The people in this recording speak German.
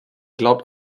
glaubt